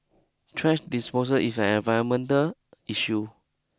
trash disposal is an environmental issue